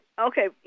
Okay